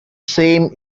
same